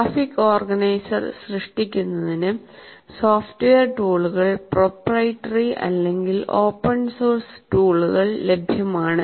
graphic organiser സൃഷ്ടിക്കുന്നതിന് software ടൂളുകൾ proprietary അല്ലെങ്കിൽ ഓപ്പൺ സോഴ്സ് ടൂളുകൾ ലഭ്യമാണ്